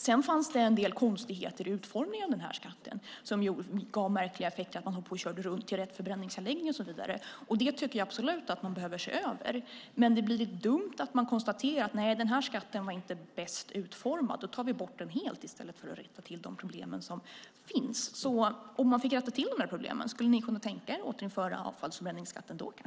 Det fanns en del konstigheter i utformningen av den skatten, vilket gav märkliga effekter. Man fick bland annat köra runt för att komma till rätt förbränningsanläggning. Det tycker jag absolut att man behöver se över. Däremot är det dumt att bara konstatera att den skatten inte var bäst utformad och ta bort den helt, i stället för att rätta till de problem som finns. Om man kunde rätta till de problemen, skulle ni då kunna tänka er att återinföra avfallsförbränningsskatten?